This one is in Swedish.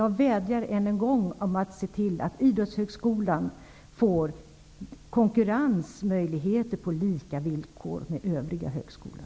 Jag vädjar än en gång om att utbildningsministern skall se till att Idrottshögskolan får möjlighet att konkurrera på lika villkor med övriga högskolor.